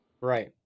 Right